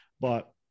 but-